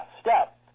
step